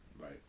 Right